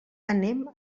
anem